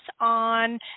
on